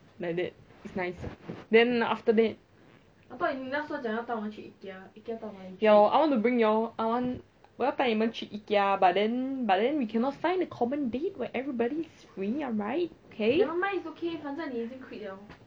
like that is nice then after that ya lor I want to bring you all 我要带你们去 ikea but then but then we cannot find the common date where everybody is free am I right okay